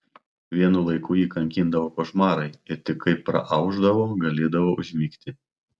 vienu laiku jį kankindavo košmarai ir tik kai praaušdavo galėdavo užmigti